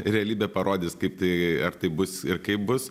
realybė parodys kaip tai ar taip bus ir kaip bus